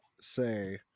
Say